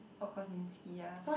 oh Kozminski ya